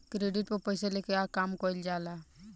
credit पर पइसा लेके आ काम कइल जाला